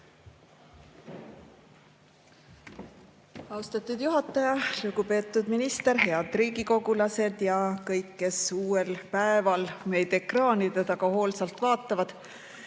Austatud juhataja! Lugupeetud minister! Head riigikogulased ja kõik, kes uuel päeval meid ekraanide taga hoolsalt vaatavad!